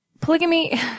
polygamy